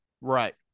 right